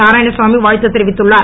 நாராயணசாமி வாழ்த்து தெரிவித்துள்ளார்